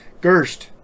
Gerst